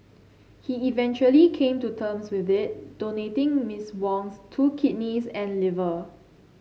he eventually came to terms with it donating Miss Wong's two kidneys and liver